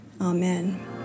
Amen